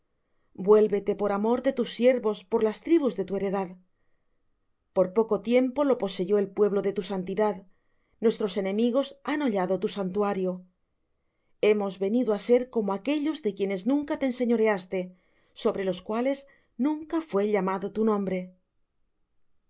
vuélvete por amor de tus siervos por las tribus de tu heredad por poco tiempo lo poseyó el pueblo de tu santidad nuestros enemigos han hollado tu santuario hemos venido á ser como aquellos de quienes nunca te enseñoreaste sobre los cuales nunca fué llamado tu nombre